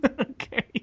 Okay